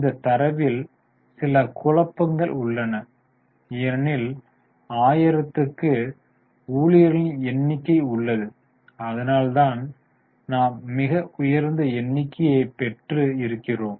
இந்தத் தரவில் சில குழப்பங்கள் உள்ளன ஏனெனில் 1000 க்கு ஊழியர்களின் எண்ணிக்கை உள்ளது அதனால்தான் நாம் மிக உயர்ந்த எண்ணிக்கையைப் பெற்று இருக்கிறோம்